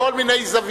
מכל מיני זוויות.